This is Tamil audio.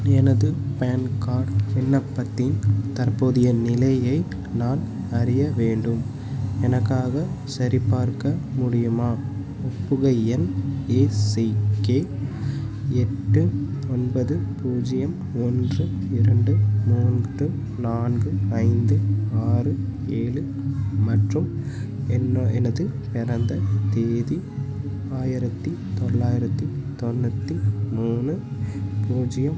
எனது பான் கார்ட் விண்ணப்பத்தின் தற்போதைய நிலையை நான் அறிய வேண்டும் எனக்காக சரிபார்க்க முடியுமா ஒப்புகை எண் ஏ சி கே எட்டு ஒன்பது பூஜ்ஜியம் ஒன்று இரண்டு மூன்று நான்கு ஐந்து ஆறு ஏழு மற்றும் என் எனது பிறந்த தேதி ஆயிரத்தி தொள்ளாயிரத்தி தொண்ணூற்றி மூணு பூஜ்ஜியம்